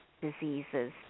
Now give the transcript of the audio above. diseases